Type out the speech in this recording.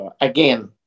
again